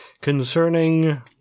concerning